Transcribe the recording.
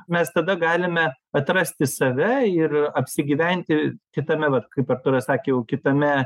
mes tada galime atrasti save ir apsigyventi kitame vat kaip artūras sakė jau kitame